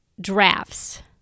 drafts